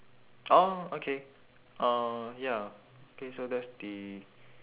oh okay uh ya okay so that's the